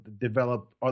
develop